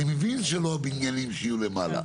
אני מבין שלא הבניינים שיהיו למעלה.